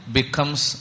Becomes